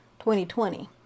2020